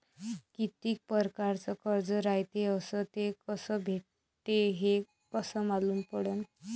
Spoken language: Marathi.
कितीक परकारचं कर्ज रायते अस ते कस भेटते, हे कस मालूम पडनं?